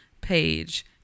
page